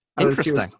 Interesting